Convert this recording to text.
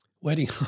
Wedding